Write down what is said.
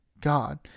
God